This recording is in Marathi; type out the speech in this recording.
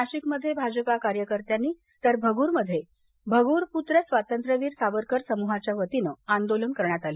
नाशिकमध्ये भाजपा कार्यकर्त्यांनी तर भगूरमध्येभगूरपूत्र स्वातंत्र्यवीर सावरकर समूहाच्या वतीनं आंदोलन करण्यात आलं